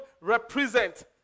represent